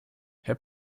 herr